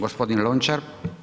Gospodin Lončar.